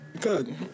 good